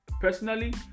personally